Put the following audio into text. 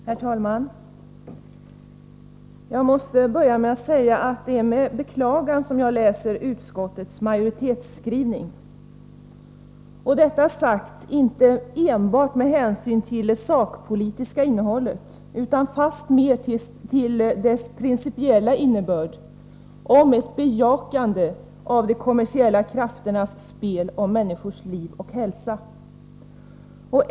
Herr talman! Jag måste börja med att säga att det är med beklagan som jag läser utskottets majoritetsskrivning. Detta sagt inte enbart med hänsyn till det sakpolitiska innehållet — utan fastmer till dess principiella innebörd om ett bejakande av de kommersiella krafternas spel om människors liv och hälsa.